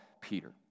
Peter